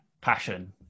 passion